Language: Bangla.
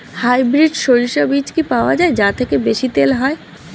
হাইব্রিড শরিষা বীজ কি পাওয়া য়ায় যা থেকে বেশি তেল হয়?